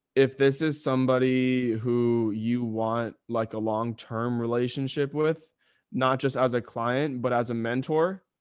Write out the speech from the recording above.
if this is somebody who you want, like a long-term relationship with not just as a client, but as a mentor.